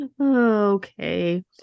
Okay